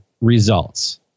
results